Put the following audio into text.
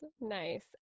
Nice